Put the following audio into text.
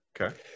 Okay